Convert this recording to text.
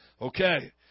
Okay